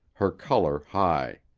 her color high.